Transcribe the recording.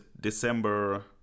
December